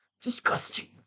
Disgusting